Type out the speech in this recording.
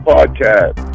Podcast